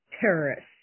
terrorists